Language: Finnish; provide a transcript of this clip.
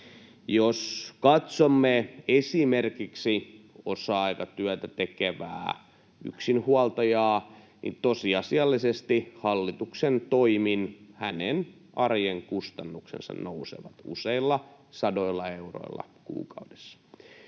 Jos katsomme esimerkiksi osa-aikatyötä tekevää yksinhuoltajaa, niin tosiasiallisesti hallituksen toimin hänen arjen kustannuksensa nousevat useilla sadoilla euroilla kuukaudessa.